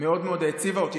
מאוד מאוד העציבו אותי.